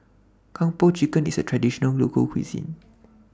Kung Po Chicken IS A Traditional Local Cuisine